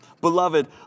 Beloved